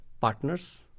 partners